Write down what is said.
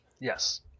Yes